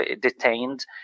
detained